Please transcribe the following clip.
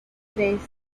tres